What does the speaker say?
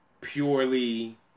purely